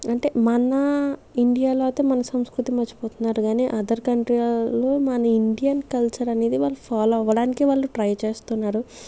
అంటే మన ఇండియాలో ఔతే మన సంస్కృతి మరిచిపోతున్నారు గాని అదర్ కంట్రీలలో మన ఇండియన్ కల్చర్ అనేది వాళ్ళు ఫాలో అవ్వడానికే వాళ్ళు ట్రై చేస్తున్నారు